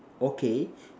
okay